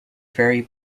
very